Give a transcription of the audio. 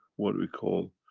what we call,